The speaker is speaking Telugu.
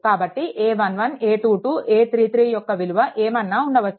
కాబట్టి a11a22a33 యొక్క విలువ ఏమన్నా ఉండవచ్చు